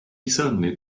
certainly